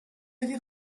avez